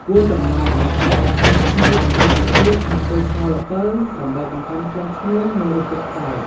គួរចំណាំ អ្នកអាចបន្ថែម ខ្ញី បន្តិចបន្តួចក្នុងពេលស្ងោរល្ពៅ ដើម្បីបង្កើនក្លិនឈ្ងុយ និងរសជាតិប្លែក។